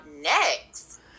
next